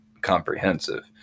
comprehensive